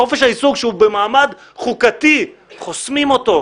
חופש העיסוק שהוא במעמד חוקתי חוסמים אותו.